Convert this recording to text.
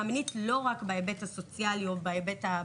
המינית לא רק בהיבט הסוציאלי או הפסיכו-טיפולי,